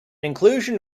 inclusion